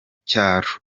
cyaro